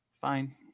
Fine